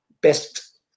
best